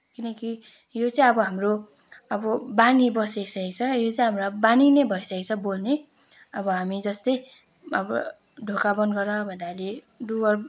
किनकि यो चाहिँ अब हाम्रो अब बानी बसिसकेको छ यो चाहिँ हाम्रो बानी नै भइसकेको छ बोल्ने अब हामी जस्तै अब ढोका बन्द गर भन्दाखेरि डोअर